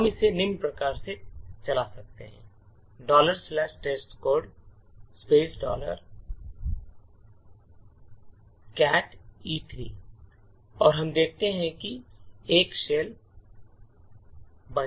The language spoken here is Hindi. हम इसे निम्न प्रकार से चला सकते हैं testcode और हम देखते हैं कि एक शेल बन जाता है